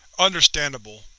understandable,